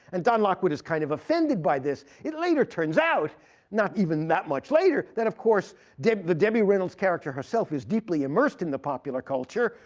and don lockwood is kind of offended by this. it later turns out not even that much later that of course the debbie reynolds character herself is deeply immersed in the popular culture.